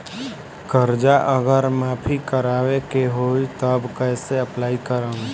कर्जा अगर माफी करवावे के होई तब कैसे अप्लाई करम?